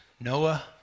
Noah